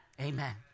Amen